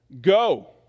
Go